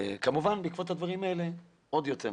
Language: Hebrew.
ובעקבות הדברים האלה זה עוד יותר.